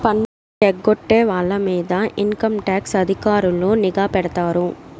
పన్ను ఎగ్గొట్టే వాళ్ళ మీద ఇన్కంటాక్స్ అధికారులు నిఘా పెడతారు